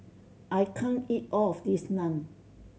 I can't eat all of this Naan